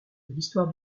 l’histoire